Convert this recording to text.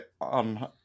on